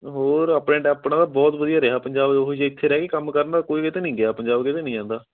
ਹੋਰ ਆਪਣੇ ਟੈ ਆਪਣਾ ਤਾਂ ਬਹੁਤ ਵਧੀਆ ਰਿਹਾ ਪੰਜਾਬ ਉਹੀ ਜੇ ਇੱਥੇ ਰਹਿ ਕੇ ਕੰਮ ਕਰਨ ਤਾਂ ਕੋਈ ਇਹ ਤਾਂ ਨਹੀਂ ਗਿਆ ਪੰਜਾਬ ਕਿਤੇ ਨਹੀਂ ਜਾਂਦਾ